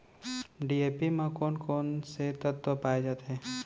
DAP म कोन कोन से तत्व पाए जाथे?